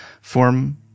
form